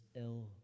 ill